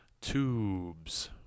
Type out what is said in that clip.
tubes